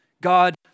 God